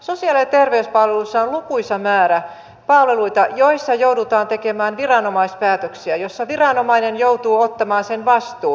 meillä sosiaali ja terveyspalveluissa on lukuisa määrä palveluita joissa joudutaan tekemään viranomaispäätöksiä joissa viranomainen joutuu ottamaan sen vastuun